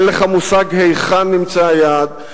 אין לך מושג היכן נמצא היעד,